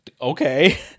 Okay